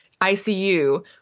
ICU